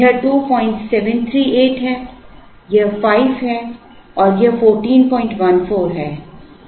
यह 2738 है यह 5 है और यह 1414 है